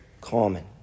common